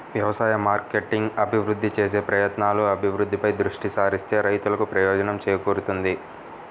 వ్యవసాయ మార్కెటింగ్ అభివృద్ధి చేసే ప్రయత్నాలు, అభివృద్ధిపై దృష్టి సారిస్తే రైతులకు ప్రయోజనం చేకూరుతుంది